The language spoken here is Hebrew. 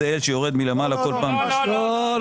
כמו איזה אל שיורד מלמעלה.